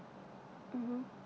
mmhmm